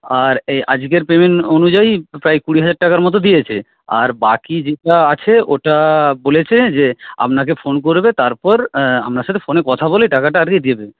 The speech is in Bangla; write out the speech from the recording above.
আর এই আজকের পেমেন্ট অনুযায়ী প্রাই কুড়ি হাজার টাকা মতো দিয়েছে আর বাকি যেটা আছে ওটা বলেছে যে আপনাকে ফোন করবে তারপর আপনার সাথে ফোনে কথা বলে টাকাটা আর কি দিয়ে দেবে